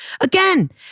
Again